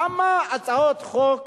כמה הצעות חוק